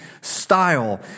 style